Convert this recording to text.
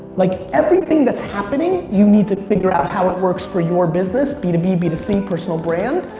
like everything that's happening, you need to figure out how it works for your business. b to b, b to c, personal brand.